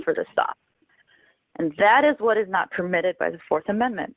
for the stop and that is what is not permitted by the th amendment